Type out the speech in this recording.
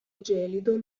gelido